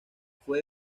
fue